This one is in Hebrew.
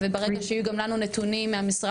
וברגע שיהיו גם לנו נתונים מהמשרד,